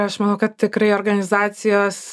aš manau kad tikrai organizacijos